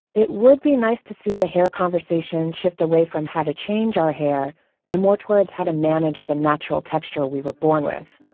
it would be nice to see the hair conversation shift away from how to change our hair and more towards how to manage the natural texture we were born with?